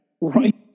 Right